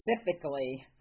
specifically